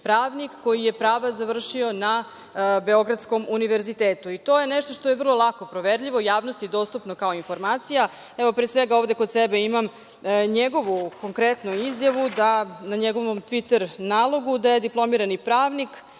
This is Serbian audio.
pravnik koji je prava završio na Beogradskom univerzitetu. To je nešto što je vrlo lako proverljivo, javnosti dostupno kao informacija. Evo, pre svega kod sebe imam njegovu konkretno izjavu da na njegovom tviter nalogu da je diplomirani pravnik.